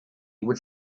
would